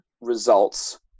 results